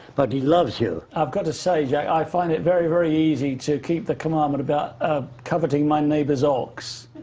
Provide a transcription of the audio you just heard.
but he loves you. i've gotta say jacque, i found it very, very easy to keep the commandment about ah coveting my neighbors ox.